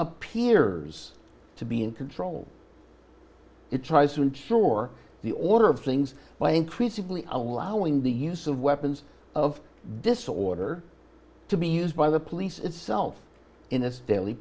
appears to be in control it tries to ensure the order of things by increasingly allowing the use of weapons of disorder to be used by the police itself in its daily